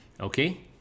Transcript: Okay